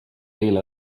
eile